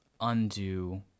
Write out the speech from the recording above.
undo